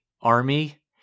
army